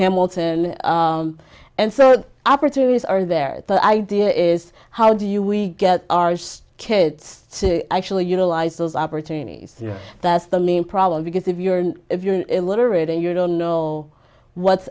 hamilton and so opportunities are there the idea is how do you we get ours kids to actually utilize those opportunities that's the main problem because if you're if you're illiterate and you don't know what's